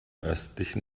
östlichen